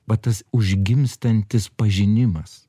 va tas užgimstantis pažinimas